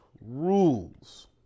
rules